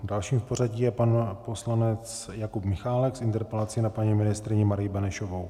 Dalším v pořadí je pan poslanec Jakub Michálek s interpelací na paní ministryni Marii Benešovou.